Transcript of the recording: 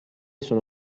sono